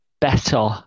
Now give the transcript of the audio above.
better